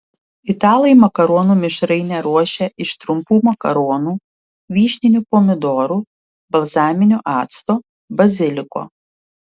italai makaronų mišrainę ruošia iš trumpų makaronų vyšninių pomidorų balzaminio acto baziliko